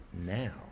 now